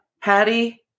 Patty